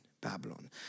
Babylon